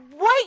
wait